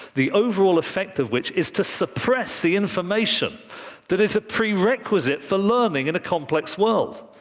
the overall effect of which is to suppress the information that is a prerequisite for learning in a complex world.